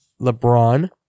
LeBron